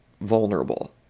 vulnerable